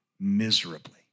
miserably